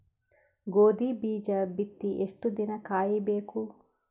ಗೋಧಿ ಬೀಜ ಬಿತ್ತಿ ಎಷ್ಟು ದಿನ ಕಾಯಿಬೇಕು?